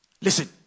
listen